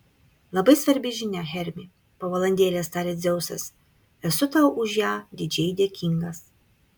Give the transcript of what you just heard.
labai svarbi žinia hermi po valandėlės tarė dzeusas esu tau už ją didžiai dėkingas